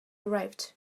arrived